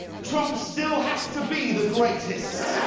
trump still has to be the greatest.